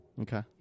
Okay